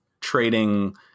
trading